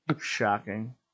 Shocking